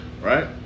right